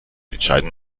entscheiden